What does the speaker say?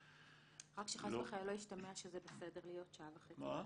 רק שחס וחלילה לא ישתמע שזה בסדר להיות שעה וחצי בהסעה.